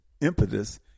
impetus